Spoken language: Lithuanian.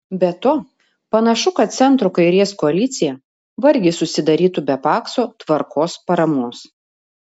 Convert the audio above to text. be to panašu kad centro kairės koalicija vargiai susidarytų be pakso tvarkos paramos